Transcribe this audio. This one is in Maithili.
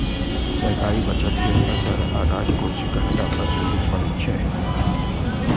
सरकारी बजट के असर राजकोषीय घाटा पर सेहो पड़ैत छैक